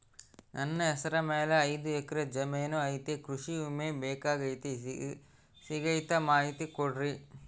ನನ್ನ ಹೆಸರ ಮ್ಯಾಲೆ ಐದು ಎಕರೆ ಜಮೇನು ಐತಿ ಕೃಷಿ ವಿಮೆ ಬೇಕಾಗೈತಿ ಸಿಗ್ತೈತಾ ಮಾಹಿತಿ ಕೊಡ್ರಿ?